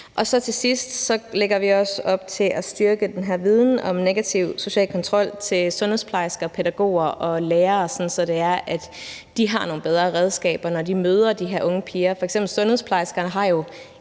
Og så til sidst lægger vi også op til at styrke den her viden om negativ social kontrol hos sundhedsplejersker, pædagoger og lærere, så de har nogle bedre redskaber, når de møder de her unge piger. F.eks. sundhedsplejerskerne har jo